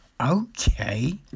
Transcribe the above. okay